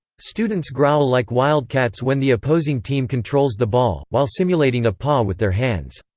students growl like wildcats when the opposing team controls the ball, while simulating a paw with their hands.